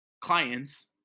clients